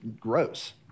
gross